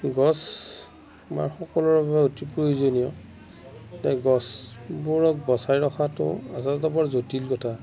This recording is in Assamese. গছ আমাৰ সকলোৰে বাবে অতি প্ৰয়োজনীয় তে গছবোৰক বচাই ৰখাটো আচলতে বৰ জটিল কথা